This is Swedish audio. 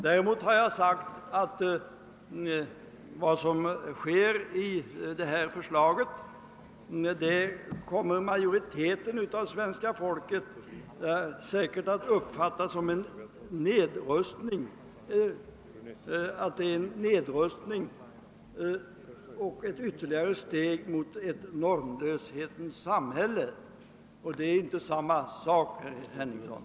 Däremot har jag sagt att det som föreslås i propositionen kommer majoriteten av svenska folket säkert att uppfatta som en nedrustning och ett ytterligare steg mot ett normlöshetens samhälle. Det är inte samma sak, herr Henningsson.